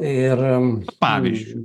ir pavyzdžiui